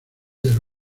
del